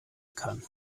kann